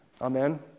Amen